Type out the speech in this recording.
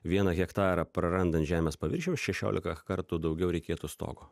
vieną hektarą prarandant žemės paviršiaus šešiolika kartų daugiau reikėtų stogo